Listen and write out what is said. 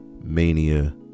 Mania